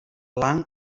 lang